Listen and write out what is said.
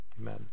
Amen